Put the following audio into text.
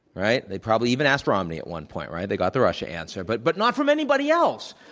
right? they probably even asked romney at one point, right? they got the russia answer. but but not from anybody else.